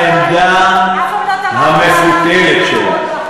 את העמדה המפותלת שלה.